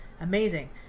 Amazing